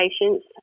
patients